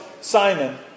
Simon